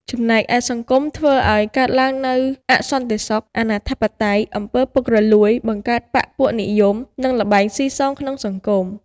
ចំណែកឯ សង្គមធ្វើឲ្យកើតឡើងនូវអសន្តិសុខ អនាធិបតេយ្យ អំពី ពុករលួយ បង្កើតបក្សពួកនិយម និងល្បែងស៊ីសងក្នុងសង្គម។